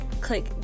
Click